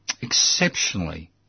exceptionally